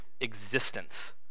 Existence